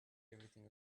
everything